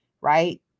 right